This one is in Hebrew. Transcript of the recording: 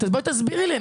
בואי תסבירי לי,